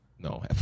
No